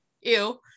Ew